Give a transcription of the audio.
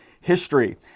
history